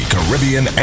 Caribbean